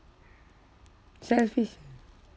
selfish